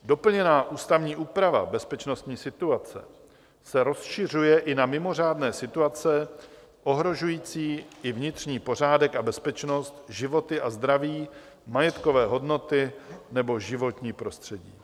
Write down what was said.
Doplněná ústavní úprava bezpečností situace se rozšiřuje i na mimořádné situace ohrožující i vnitřní pořádek a bezpečnost, životy a zdraví, majetkové hodnoty nebo životní prostředí.